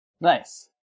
Nice